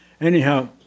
Anyhow